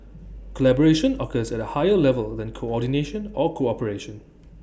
collaboration occurs at A higher level than coordination or cooperation